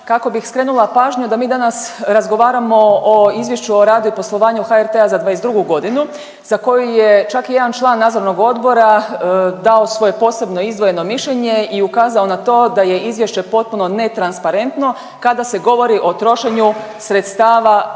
kako bih skrenula pažnju da mi danas razgovaramo o izvješću o radu i poslovanju HRT-a za '22.g. za koju je čak i jedan član nadzornog odbora dao svoje posebno izdvojeno mišljenje i ukazao na to da je izvješće potpuno netransparentno kada se govori o trošenju sredstava